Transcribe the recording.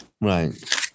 Right